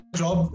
job